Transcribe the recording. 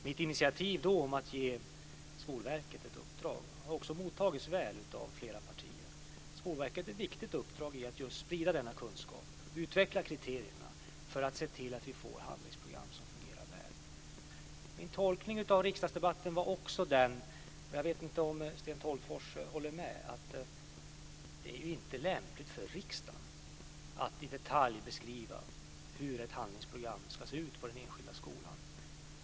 Mitt initiativ att ge Skolverket ett uppdrag har också mottagits väl av flera partier. Skolverket har ett viktigt uppdrag i att just sprida denna kunskap och utveckla kriterierna för att se till att vi får handlingsprogram som fungerar väl. Min tolkning av riksdagsdebatten var också - jag vet inte om Sten Tolgfors håller med - att det inte är lämpligt för riksdagen att i detalj beskriva hur ett handlingsprogram ska se ut på den enskilda skolan.